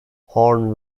horn